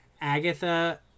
Agatha